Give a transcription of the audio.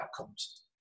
outcomes